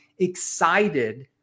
excited